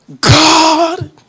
God